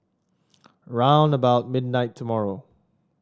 round about midnight tomorrow